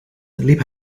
liep